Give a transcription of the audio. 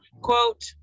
quote